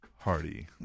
Hardy